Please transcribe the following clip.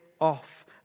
off